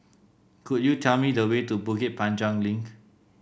could you tell me the way to Bukit Panjang Link